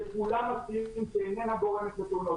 שכולם מסכימים שהיא איננה גורמת לתאונות.